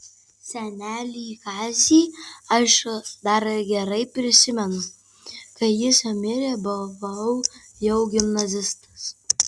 senelį kazį aš dar gerai prisimenu kai jis mirė buvau jau gimnazistas